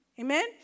Amen